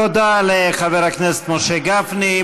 תודה לחבר הכנסת משה גפני.